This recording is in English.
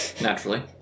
Naturally